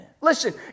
Listen